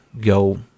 go